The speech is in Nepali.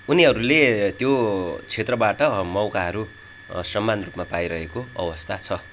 उनीहरूले त्यो क्षेत्रबाट मौकाहरू समान रूपमा पाइरहेको अवस्था छ